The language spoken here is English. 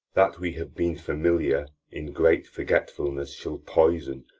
that we have been familiar, ingrate forgetfulness shall poison,